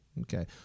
Okay